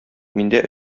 миндә